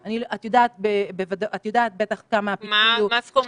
אני בטוחה שנוכל להתמודד עם